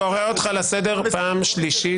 --- אני קורא אותך לסדר פעם שלישית.